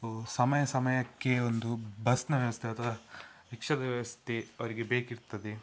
ಸಮಯ ಸಮಯಕ್ಕೆ ಒಂದು ಬಸ್ಸಿನ ವ್ಯವಸ್ಥೆ ಅಥವಾ ರಿಕ್ಷಾದ ವ್ಯವಸ್ಥೆ ಅವರಿಗೆ ಬೇಕಿರ್ತದೆ